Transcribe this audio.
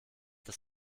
das